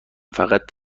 فقط